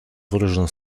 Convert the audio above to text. выражено